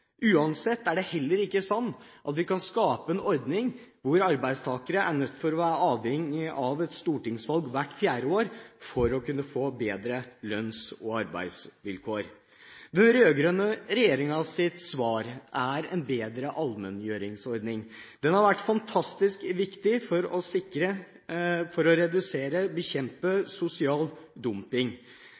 Uansett kan vi ikke skape en ordning hvor arbeidstakere er nødt til å være avhengige av et stortingsvalg hvert fjerde år for å kunne få bedre lønns- og arbeidsvilkår. Den rød-grønne regjeringens svar er en bedre allmenngjøringsordning. Den har vært fantastisk viktig for å redusere og bekjempe sosial dumping.